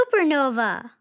supernova